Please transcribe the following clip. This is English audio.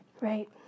Right